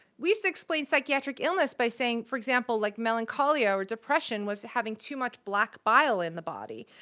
we used to explain psychiatric illness by saying, for example, like, melancholia or depression was having too much black bile in the body.